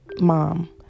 mom